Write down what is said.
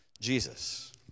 Jesus